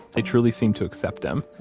they truly seem to accept him,